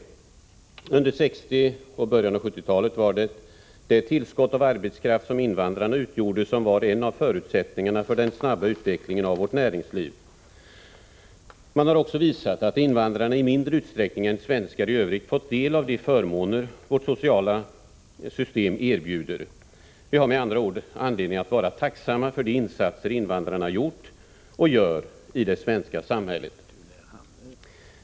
Under 1960-talet och början av 1970-talet var det tillskott av arbetskraft som invandrarna utgjorde en av förutsättningarna för den snabba utvecklingen av vårt näringsliv. Man har också visat att invandrarna i mindre utsträckning än svenskarna i övrigt har fått del av de förmåner som vårt sociala system erbjuder. Vi har med andra ord anledning att vara tacksamma för de insatser som invandrarna har gjort och gör i det svenska samhället.